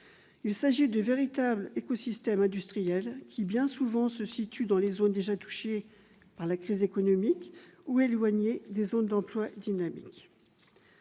Il s'agit de véritables écosystèmes industriels, qui se situent bien souvent dans des zones déjà touchées par la crise économique ou éloignées des zones d'emplois dynamiques.